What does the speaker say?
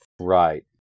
Right